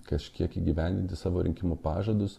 kažkiek įgyvendinti savo rinkimų pažadus